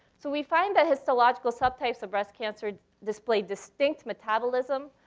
so we find that histological subtypes of breast cancer displayed distinct metabolism.